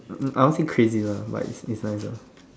um I won't say crazy lah but it's is nice lah